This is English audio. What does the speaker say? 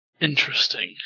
Interesting